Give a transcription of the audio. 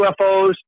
UFOs